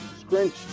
scrunch